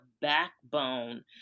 backbone